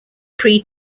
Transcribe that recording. pre